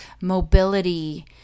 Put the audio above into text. mobility